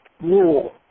rule